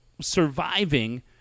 surviving